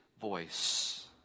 voice